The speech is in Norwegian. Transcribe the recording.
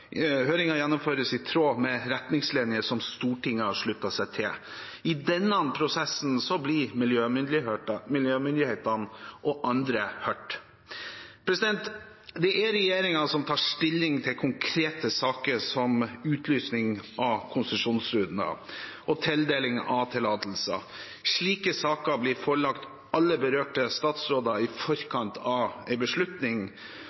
gjennomføres i tråd med retningslinjer som Stortinget har sluttet seg til. I denne prosessen blir miljømyndighetene og andre hørt. Det er regjeringen som tar stilling til konkrete saker som utlysning av konsesjonsrunder og tildeling av tillatelser. Slike saker blir forelagt alle berørte statsråder i